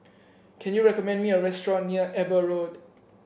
can you recommend me a restaurant near Eber Road